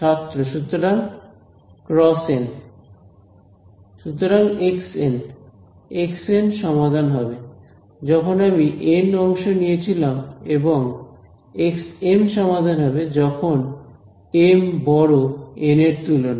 ছাত্র সুতরাং x n x n সমাধান হবে যখন আমি এন অংশ নিয়েছিলাম এবং x m সমাধান হবে যখন এম বড় এন এর তুলনায়